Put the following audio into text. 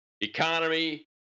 economy